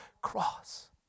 cross